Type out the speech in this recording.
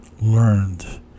learned